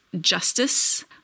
Justice